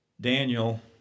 Daniel